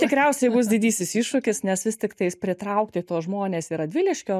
tikriausiai bus didysis iššūkis nes vis tiktais pritraukti tuos žmones į radviliškio